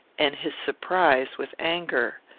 and his surprise with anger.